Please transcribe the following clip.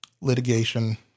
litigation